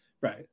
Right